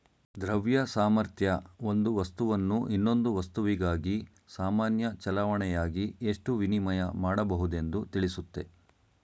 ದ್ರವ್ಯ ಸಾಮರ್ಥ್ಯ ಒಂದು ವಸ್ತುವನ್ನು ಇನ್ನೊಂದು ವಸ್ತುವಿಗಾಗಿ ಸಾಮಾನ್ಯ ಚಲಾವಣೆಯಾಗಿ ಎಷ್ಟು ವಿನಿಮಯ ಮಾಡಬಹುದೆಂದು ತಿಳಿಸುತ್ತೆ